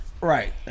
Right